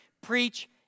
preach